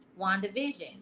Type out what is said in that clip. WandaVision